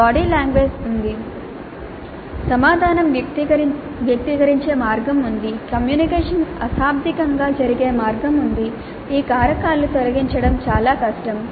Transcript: body language ఉంది సమాధానం వ్యక్తీకరించే మార్గం ఉంది కమ్యూనికేషన్ అశాబ్దికంగా జరిగే మార్గం ఉంది ఈ కారకాలు తొలగించడం చాలా కష్టం